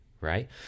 right